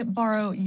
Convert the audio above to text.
borrow